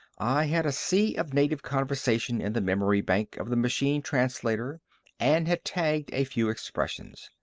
i had a sea of native conversation in the memory bank of the machine translator and had tagged a few expressions.